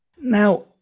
Now